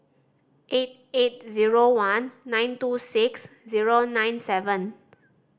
eight eight zero one nine two six zero nine seven